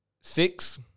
Six